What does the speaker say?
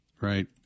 right